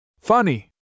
Funny